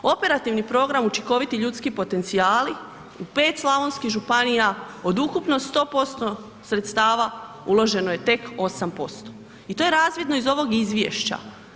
Operativni program učinkoviti ljudski potencijali, u 5 slavonskih županija, od ukupno 100% sredstava, uloženo je tek 8% i to je razvidno iz ovog izvješća.